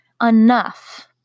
enough